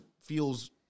feels